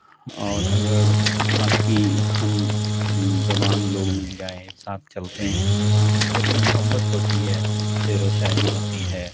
اور اگر آپ کی ہم زبان لوگ مل جائیں ساتھ چلتے ہیں ان کی اپنی محبت ہوتی ہے شعر و شاعری ہوتی ہے